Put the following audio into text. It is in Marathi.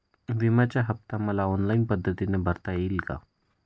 विम्याचा हफ्ता मला ऑनलाईन पद्धतीने भरता येईल का?